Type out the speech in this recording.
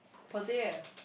per day eh